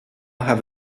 have